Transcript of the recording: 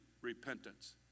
repentance